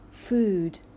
food